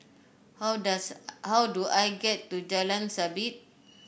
how dose how do I get to Jalan Sabit